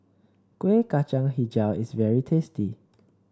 Kueh Kacang hijau is very tasty